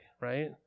right